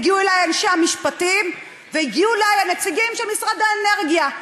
הגיעו אלי אנשי המשפטים והגיעו אלי הנציגים של משרד האנרגיה.